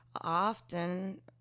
often